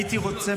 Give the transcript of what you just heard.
הייתי רוצה,